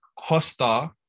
Costa